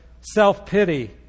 self-pity